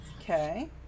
Okay